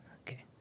Okay